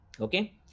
okay